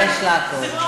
יש לך עוד.